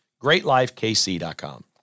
GreatLifeKC.com